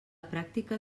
pràctica